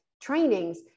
trainings